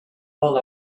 all